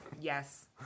Yes